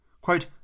Quote